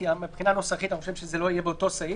כי מבחינה נוסחית אני חושב שזה לא יהיה באותו סעיף.